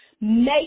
Make